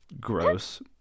gross